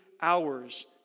hours